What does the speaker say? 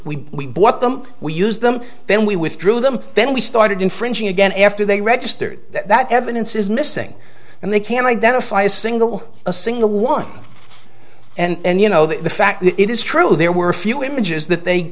what them we use them then we withdrew them then we started infringing again after they registered that evidence is missing and they can't identify a single a single one and you know the fact that it is true there were a few images that they